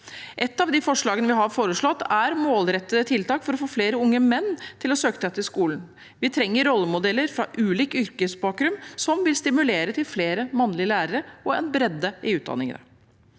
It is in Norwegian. Et av forslagene vi har foreslått, er målrettede tiltak for å få flere unge menn til å søke seg til skolen. Vi trenger rollemodeller med ulik yrkesbakgrunn, som vil stimulere til flere mannlige lærere og en bredde i utdanningene.